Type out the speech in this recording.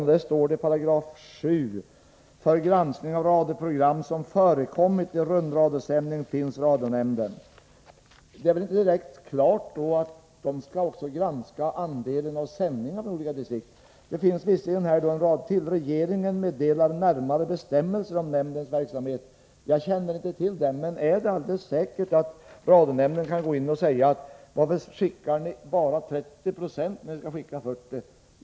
I lagen står i 7 §: ”För granskning av radioprogram som förekommit i rundradiosändning finnes radionämnden.” Av detta framgår väl inte klart att den skall granska också andelen sändningar från olika distrikt. Det finns visserligen en rad till: ”Regeringen meddelar närmare bestämmelser om nämndens verksamhet.” Jag känner inte till de bestämmelserna, men är det alldeles säkert att radionämnden kan gå in och fråga varför det sänds bara 30 96, då det skall sändas 40 90?